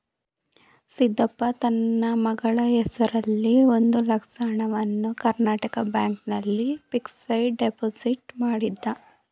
ಸಿದ್ದಪ್ಪ ತನ್ನ ಮಗಳ ಹೆಸರಿನಲ್ಲಿ ಒಂದು ಲಕ್ಷ ಹಣವನ್ನು ಕರ್ನಾಟಕ ಬ್ಯಾಂಕ್ ನಲ್ಲಿ ಫಿಕ್ಸಡ್ ಡೆಪೋಸಿಟ್ ಮಾಡಿದ